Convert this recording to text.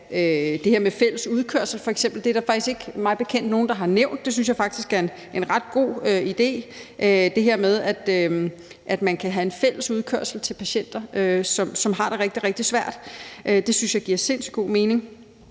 det her med fælles udkørsel f.eks. Det er der faktisk mig bekendt ikke nogen, der har nævnt, men det synes jeg faktisk er en ret god idé, altså det her med, at man kan have en fælles udkørsel til patienter, som har det rigtig, rigtig svært. Det synes jeg giver sindssyg god mening.